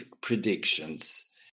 predictions